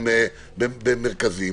במרכזים,